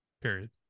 Period